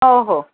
हो हो